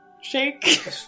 shake